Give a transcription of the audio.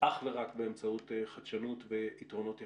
אך ורק באמצעות חדשנות ויתרונות יחסיים.